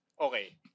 Okay